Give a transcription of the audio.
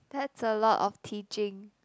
that's a lot of teaching